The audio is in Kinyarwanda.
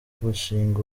gushinga